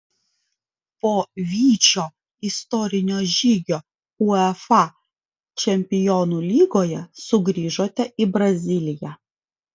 po vyčio istorinio žygio uefa čempionų lygoje sugrįžote į braziliją